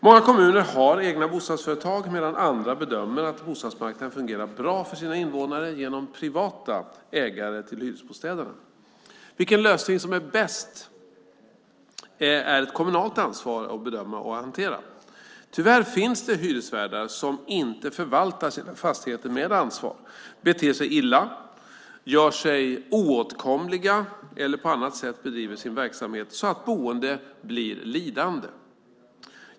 Många kommuner har egna bostadsföretag, medan andra bedömer att bostadsmarknaden fungerar bra för invånarna genom privata ägare till hyresbostäderna. Vilken lösning som är bäst är ett kommunalt ansvar att bedöma och hantera. Tyvärr finns det hyresvärdar som inte förvaltar sina fastigheter med ansvar, beter sig illa, gör sig oåtkomliga eller på annat sätt bedriver sin verksamhet så att boende blir lidande.